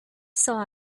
saw